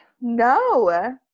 No